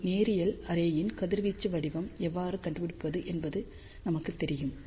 ஒரு நேரியல் அரேயின் கதிர்வீச்சு வடிவம் எவ்வாறு கண்டுபிடிப்பது என்பது நமக்குத் தெரியும்